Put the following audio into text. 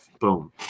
boom